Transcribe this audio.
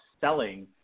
selling